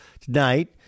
tonight